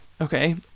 Okay